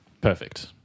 Perfect